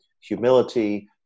humility